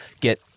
get